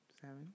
seven